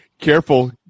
Careful